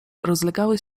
rozlegały